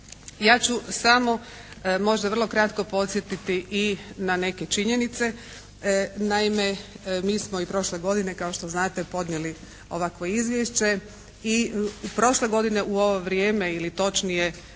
Ja ću samo možda vrlo kratko podsjetiti i na neke činjenice. Naime, mi smo i prošle godine kao što znate podnijeli ovakvo izvješće i prošle godine u ovo vrijeme ili točnije